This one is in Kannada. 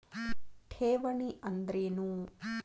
ಠೇವಣಿ ಅಂದ್ರೇನು?